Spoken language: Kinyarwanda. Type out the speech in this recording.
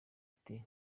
ati